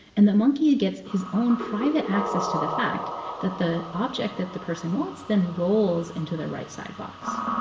and the monkey gets his own private access to the fact that the object that the person wants then rolls into the right-side box.